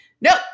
Nope